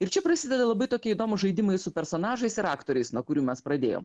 ir čia prasideda labai tokie įdomūs žaidimai su personažais ir aktoriais nuo kurių mes pradėjom